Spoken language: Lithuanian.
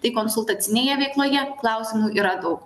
tai konsultacinėje veikloje klausimų yra daug